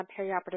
perioperative